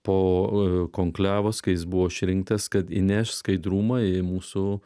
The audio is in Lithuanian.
po konklavos kai jis buvo išrinktas kad įneš skaidrumą į mūsų